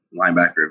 linebacker